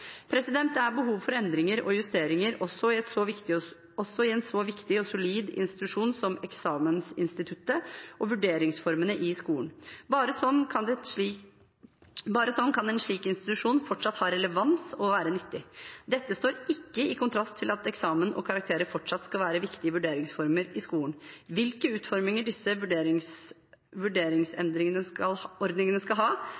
Det er behov for endringer og justeringer også i en så viktig og solid institusjon som eksamensinstituttet og vurderingsformene i skolen. Bare slik kan en slik institusjon fortsatt ha relevans og være nyttig. Dette står ikke i kontrast til at eksamen og karakterer fortsatt skal være viktige vurderingsformer i skolen. Hvilke utforminger disse vurderingsordningene skal ha,